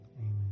Amen